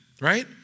Right